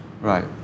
Right